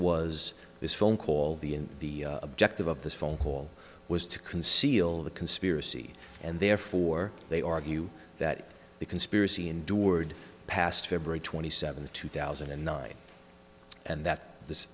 was this phone call the objective of this phone call was to conceal the conspiracy and therefore they argue that the conspiracy endured past february twenty seventh two thousand and nine and that th